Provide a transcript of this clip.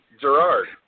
Gerard